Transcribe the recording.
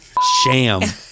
Sham